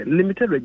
limited